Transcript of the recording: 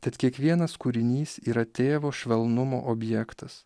tad kiekvienas kūrinys yra tėvo švelnumo objektas